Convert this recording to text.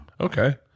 Okay